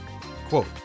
Quote